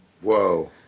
Whoa